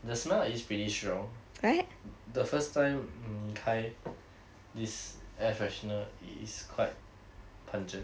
the smell is pretty strong the first time 你开 this air freshener is quite pungent